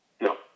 No